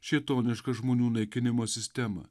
šėtonišką žmonių naikinimo sistemą